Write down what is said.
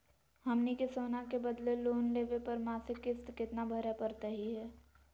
हमनी के सोना के बदले लोन लेवे पर मासिक किस्त केतना भरै परतही हे?